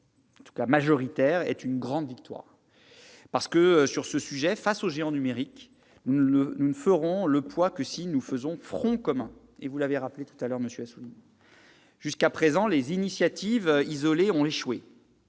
en tout cas une grande victoire, parce que, sur ce sujet, face aux géants numériques, nous ne ferons le poids que si nous faisons front commun, comme vous l'avez rappelé, monsieur Assouline. Jusqu'à présent, les initiatives isolées ont échoué,